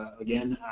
again,